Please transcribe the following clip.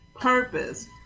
purpose